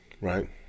right